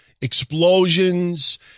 explosions